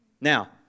Now